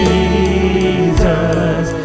Jesus